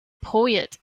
poet